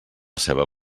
ceba